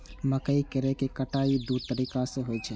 मकइ केर कटाइ दू तरीका सं होइ छै